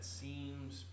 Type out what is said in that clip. seems